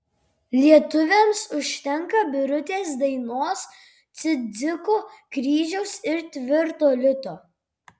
lietuviams užtenka birutės dainos cidziko kryžiaus ir tvirto lito